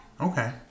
Okay